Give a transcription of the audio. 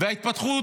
ההתפתחות